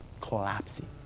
Collapsing